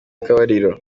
akabariro